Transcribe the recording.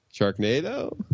Sharknado